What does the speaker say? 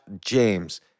james